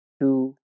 two